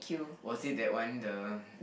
was it that one the